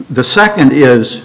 the second is